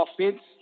offense